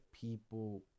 people